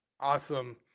Awesome